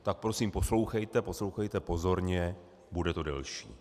Tak prosím poslouchejte, poslouchejte pozorně, bude to delší.